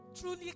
truly